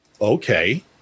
okay